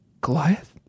Goliath